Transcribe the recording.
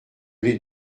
les